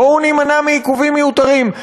בואו נימנע מעיכובים מיותרים,